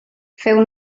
feu